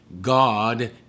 God